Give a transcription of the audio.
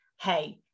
hey